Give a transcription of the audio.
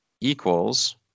equals